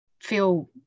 feel